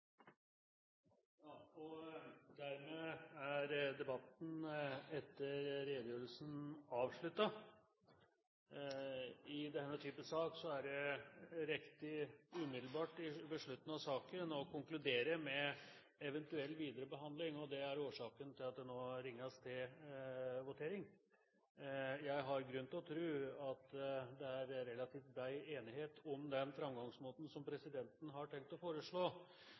Dermed er debatten etter redegjørelsene avsluttet. I denne typen sak er det riktig umiddelbart ved slutten av saken å konkludere med eventuell viderebehandling. Det er årsaken til at det nå ringes til votering. Jeg har grunn til å tro at det er relativt bred enighet om den framgangsmåten presidenten har tenkt å foreslå,